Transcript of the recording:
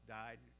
died